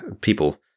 people